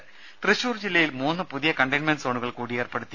ദേദ തൃശൂർ ജില്ലയിൽ മൂന്ന് പുതിയ കണ്ടെയ്ൻമെൻറ് സോണുകൾ കൂടി ഏർപ്പെടുത്തി